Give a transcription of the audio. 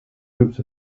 groups